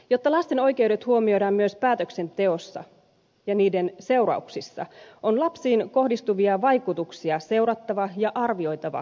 jotta lasten oikeudet huomioidaan myös päätöksenteossa ja niiden seurauksissa on lapsiin kohdistuvia vaikutuksia seurattava ja arvioitava säännönmukaisesti